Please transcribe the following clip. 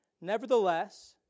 nevertheless